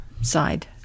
side